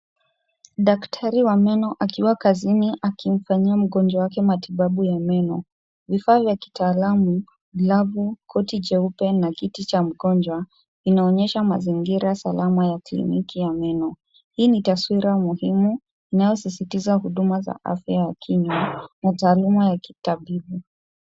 Daktari wa meno akiwa kazini akimfanyia mgonjwa wake madhibabu ya meno. Vifaa vya kitaalamu labu koti jeupe na kiti cha mgonjwa inaonyesha mazingira salama kliniki ya meno Hii ni taswira muhimu inaosisitiza huduma za afya ya kiina na taaluma ya kitabibu.